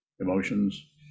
emotions